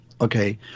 okay